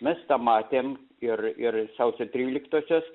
mes tą matėm ir ir sausio tryliktosios